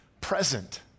present